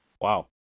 Wow